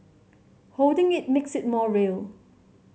holding it makes it more real